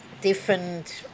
different